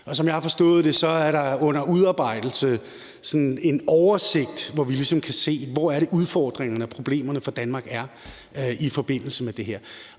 Som jeg har forstået det, er der en oversigt under udarbejdelse, hvor vi ligesom kan se, hvor det er, udfordringerne og problemerne for Danmark er i forbindelse med det her.